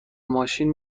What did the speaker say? ماشین